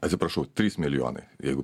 atsiprašau trys milijonai jeigu